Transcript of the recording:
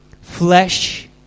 Flesh